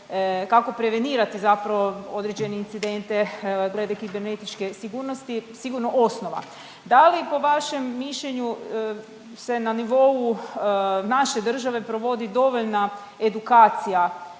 kako prevenirati određene incidente glede kibernetičke sigurnosti sigurno osnova. Da li po vašem mišljenju se na nivou naše države provodi dovoljna edukacija